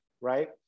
right